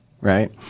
Right